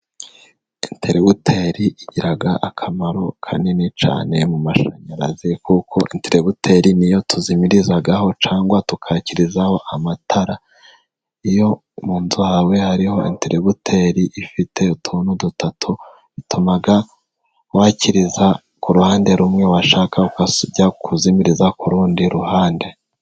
Inteributeri igira akamaro kanini cyane mu mashanyarazi, kuko inteributeri ni yo tuzimirizaho, cyangwa tukakirizaho amatara iyo mu nzuhawe hariho interibeributeri ifite utuntu dutatu, bituma wakiriza ku ruhande rumwe, washaka ukajya kuzimiriza ku rundi ruhande.